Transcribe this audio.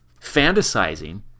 fantasizing